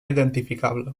identificable